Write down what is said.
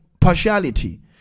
partiality